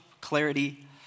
clarity